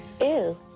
Ew